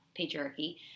patriarchy